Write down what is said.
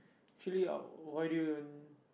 actually why do you even